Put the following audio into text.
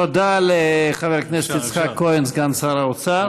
תודה לחבר הכנסת יצחק כהן, סגן שר האוצר.